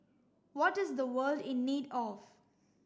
what is the world in need of